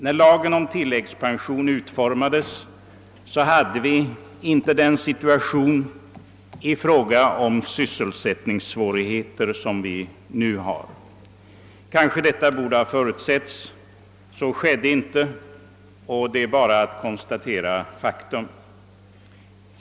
När lagen om tilläggspension utformades hade vi inte de sysselsättningssvårigheter som nu råder. Kanske den ändrade situationen borde ha förutsetts, men så skedde inte; det är bara att konstatera faktum.